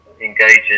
engages